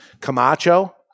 Camacho